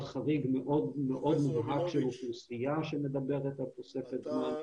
חריג מאוד מאוד מובהק של אוכלוסייה שמדברת על תוספת זמן.